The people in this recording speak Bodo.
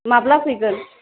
माब्ला फैगोन